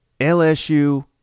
LSU